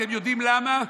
ואתם יודעים למה?